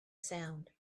sound